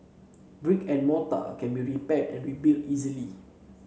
brick and mortar can be repaired and rebuilt easily